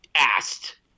asked